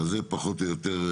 זו הצעת החוק, פחות או יותר.